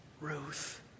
Ruth